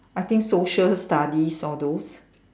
I think social studies all those